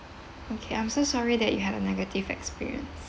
okay I'm so sorry that you had a negative experience